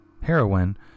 heroin